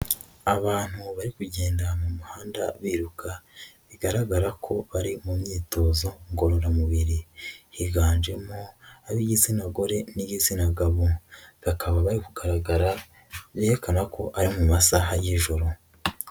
Abantu bari kugenda mu muhanda biruka, bigaragara ko bari mu myitozo ngororamubiri higanjemo ab'igitsina gore n'igitsina gabo, bakaba bari kugaragara berekana ko ari mu masaha y'ijoro.